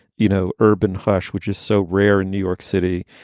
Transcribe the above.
you know, urban hush, which is so rare in new york city.